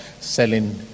selling